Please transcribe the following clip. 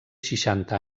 seixanta